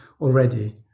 already